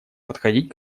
подходить